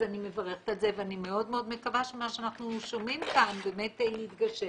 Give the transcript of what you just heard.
אז אני מברכת על זה ואני מאוד מקווה שמה שאנחנו שומעים כאן באמת יתגשם